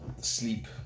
Sleep